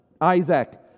Isaac